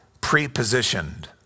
pre-positioned